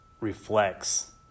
reflects